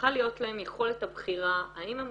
צריכה להיות להן יכולת הבחירה האם הן